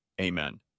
Amen